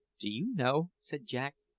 do you know, said jack,